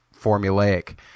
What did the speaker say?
formulaic